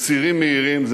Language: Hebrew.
בצירים מהירים.